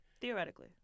Theoretically